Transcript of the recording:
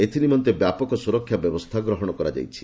ଏଥିନିମନ୍ତେ ବ୍ୟାପକ ସୁରକ୍ଷା ବ୍ୟବସ୍ଥା ଗ୍ରହଣ କରାଯାଇଛି